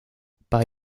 bei